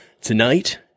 Tonight